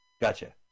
Gotcha